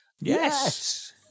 yes